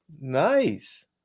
nice